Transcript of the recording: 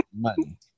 money